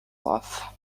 laugh